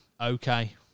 okay